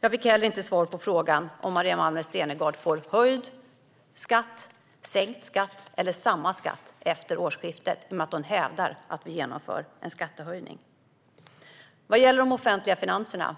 Jag fick heller inte svar på frågan om Maria Malmer Stenergard får höjd skatt, sänkt skatt eller samma skatt efter årsskiftet i och med att hon hävdar att vi genomför en skattehöjning. Vad gäller de offentliga finanserna